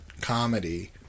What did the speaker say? comedy